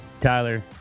Tyler